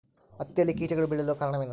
ಹತ್ತಿಯಲ್ಲಿ ಕೇಟಗಳು ಬೇಳಲು ಕಾರಣವೇನು?